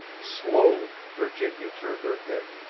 slowly virginia turned her head,